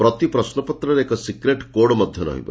ପ୍ରତି ପ୍ରଶ୍ୱପତ୍ରରେ ଏକ ସିକ୍ରେଟ୍ କୋଡ୍ ମଧ ରହିବ